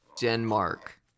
Denmark